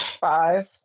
Five